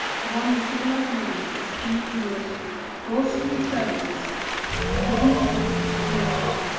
to one the civilized man is he who has brought to his service the hidden forces of nature,